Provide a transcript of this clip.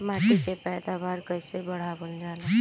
माटी के पैदावार कईसे बढ़ावल जाला?